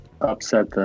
upset